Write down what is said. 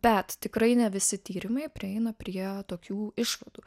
bet tikrai ne visi tyrimai prieina prie tokių išvadų